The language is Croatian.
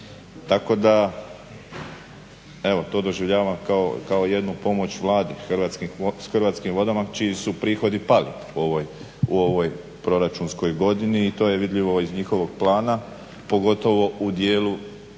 Tako da evo to doživljavam kao jednu pomoć Vlade Hrvatskim vodama čiji su prihodi pali u ovoj proračunskoj godini. I to je vidljivo iz njihovog plana pogotovo u dijelu održavanja